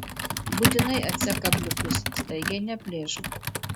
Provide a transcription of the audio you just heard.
būtinai atsek kabliukus staigiai neplėšk